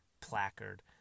placard